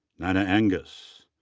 nina angus.